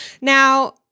Now